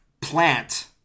plant